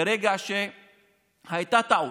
ברגע שהייתה טעות,